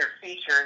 features